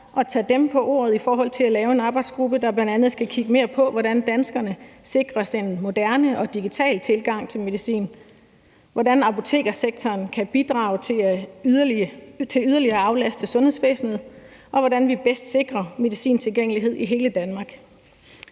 til deres ord i forhold til at lave en arbejdsgruppe, der bl.a. skal kigge mere på, hvordan danskerne sikres en moderne og digital tilgang til medicin, hvordan apotekssektoren kan bidrage til at aflaste sundhedsvæsenet yderligere, og hvordan vi bedst sikrer medicintilgængelighed i hele Danmark.